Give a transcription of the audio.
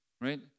right